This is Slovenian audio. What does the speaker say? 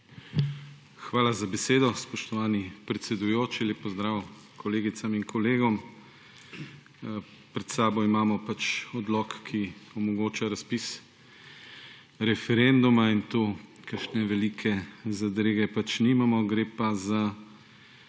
Hvala za besedo, spoštovani predsedujoči. Lep pozdrav kolegicam in kolegom! Pred seboj imamo pač odlok, ki omogoča razpis referenduma in tu kakšne velike zadrege pač nimamo, gre pa za